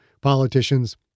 politicians